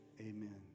Amen